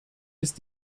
ist